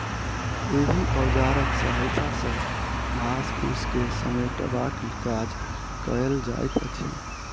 एहि औजारक सहायता सॅ घास फूस के समेटबाक काज कयल जाइत अछि